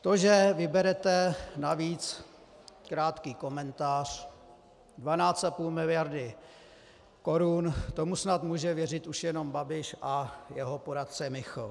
To, že vyberete navíc krátký komentář 12,5 mld korun, tomu snad může věřit už jenom Babiš a jeho poradce Michl.